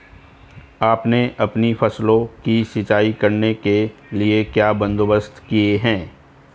आपने अपनी फसलों की सिंचाई करने के लिए क्या बंदोबस्त किए है